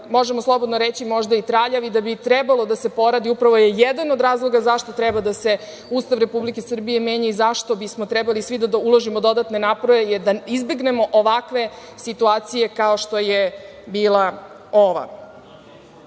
možemo slobodno reći možda i traljav i da bi trebalo da se poradi i upravo je jedan od razloga što bi trebalo da se Ustav Republike Srbije menja i zašto bismo trebali svi da ulažemo dodatne napore je da izbegnemo upravo ovakve situacije kao što je bila